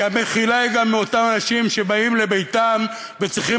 כי המחילה היא גם מאותם אנשים שבאים לביתם וצריכים